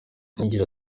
agira